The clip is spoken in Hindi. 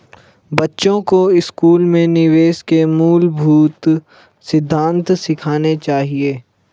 बच्चों को स्कूल में निवेश के मूलभूत सिद्धांत सिखाने चाहिए